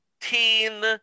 teen